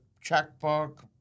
checkbook